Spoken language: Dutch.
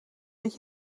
met